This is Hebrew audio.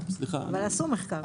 מחקר.